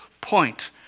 point